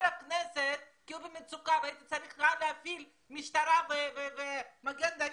כנסת כי הוא במצוקה והייתי צריכה להפעיל משטרה ומגן דוד,